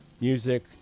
Music